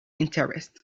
interest